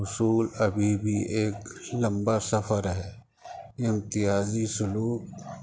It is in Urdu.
اصول ابھی بھی ایک لمبا سفر ہے امتیازی سلوک